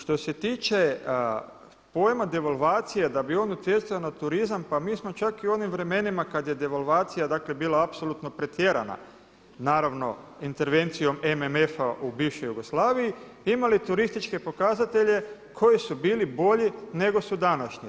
Što se tiče pojma devalvacije da bi on utjecao na turizam, pa mi smo čak i u onim vremenima kad je devalvacija bila dakle apsolutno pretjerana naravno intervencijom MMF-a u bivšoj Jugoslaviji imali turističke pokazatelje koji su bili bolji nego su današnji.